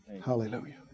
Hallelujah